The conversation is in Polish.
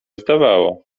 zdawało